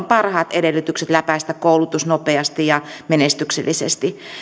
parhaat edellytykset läpäistä koulutus nopeasti ja menestyksellisesti